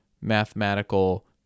mathematical